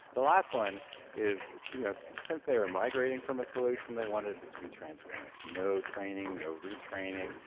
the last one is is you know since they were migrating from a solution, they wanted it to be transparent. no training, no retraining,